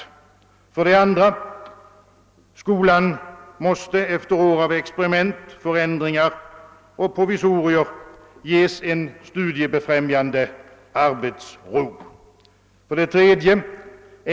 2. Skolan måste efter år av experiment, förändringar och = provisorier ges en studiebefrämjande arbetsro. 3.